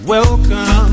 Welcome